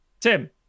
Tim